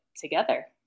together